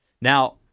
Now